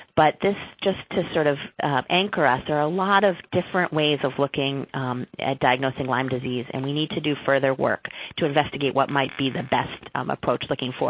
but this, just to sort of anchor us, there are a lot of different ways of looking at diagnosing lyme disease, and we need to do further work to investigate what might be the best um approach looking forward.